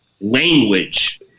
language